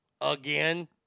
again